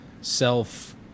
self